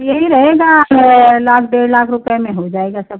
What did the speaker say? यही रहेगा लाख डेढ़ लाख रुपये में हो जाएगा सब